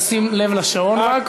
אדוני השר ישים לב לשעון רק,